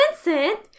Vincent